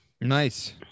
Nice